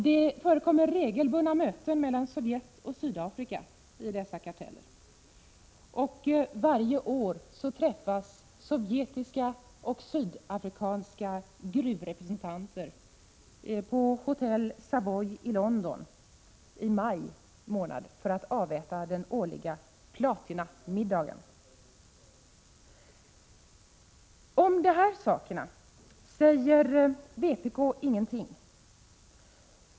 Det förekommer regelbundna möten mellan Sovjet och Sydafrika i dessa karteller. Varje år i maj månad träffas t.ex. sovjetiska och sydafrikanska gruvrepresentanter på hotell Savoy i London för att aväta den årliga platinamiddagen. Om de här sakerna säger vpk ingenting.